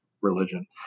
religion